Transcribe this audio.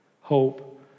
hope